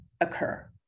occur